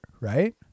right